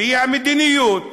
והיא המדיניות,